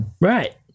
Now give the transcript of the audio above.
Right